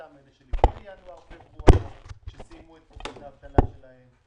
אותם אלה שסיימו את דמי האבטלה שלהם לפני ינואר-פברואר,